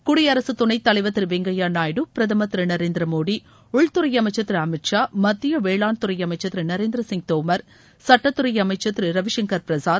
குடியரசுத் துணைத் தலைவர் திரு வெங்கைய்யா நாயுடு பிரதமர் திரு நரேந்திர மோடி உள்துறை அமைச்சர் திரு அமித் ஷா மத்திய வேளாண் துறை அமைச்சர் திரு நரேந்திர சிங் தோமர் சட்டத்துறை அமைச்சர் திரு ரவி சங்கர் பிரசாத்